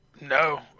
No